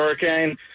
hurricane